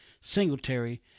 Singletary